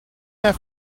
their